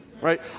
Right